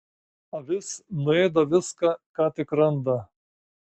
avis nuėda viską ką tik randa